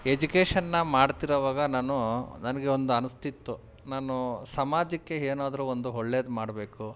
ಎಜುಕೇಶನ್ನ ಮಾಡ್ತಿರೋವಾಗ ನಾನೂ ನನಗೆ ಒಂದು ಅನಿಸ್ತಿತ್ತು ನಾನು ಸಮಾಜಕ್ಕೆ ಏನಾದರೂ ಒಂದು ಒಳ್ಳೇದ್ ಮಾಡಬೇಕು